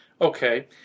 Okay